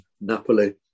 Napoli